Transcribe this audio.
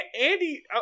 andy